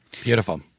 Beautiful